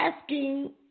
asking